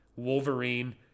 Wolverine